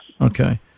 Okay